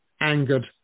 angered